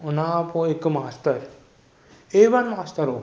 हुनखां पोइ हिकु मास्तर ए वन मास्तर हो